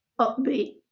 upbeat